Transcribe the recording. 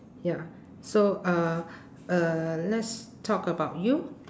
ya so uh uh let's talk about you